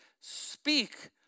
speak